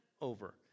over